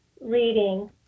reading